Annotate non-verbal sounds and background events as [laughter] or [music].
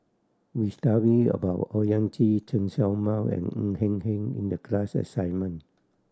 we [unintelligible] about Owyang Chi Chen Show Mao and Ng Eng Hen in the class assignment